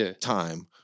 time